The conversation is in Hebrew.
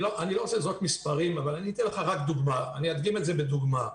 אבל אדגים את זה בדוגמה.